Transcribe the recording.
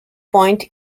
point